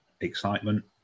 excitement